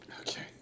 Okay